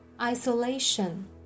Isolation